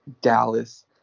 Dallas